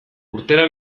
urtera